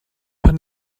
paar